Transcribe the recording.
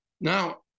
now